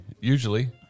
usually